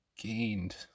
gained